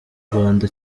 rwanda